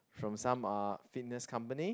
from some uh fitness company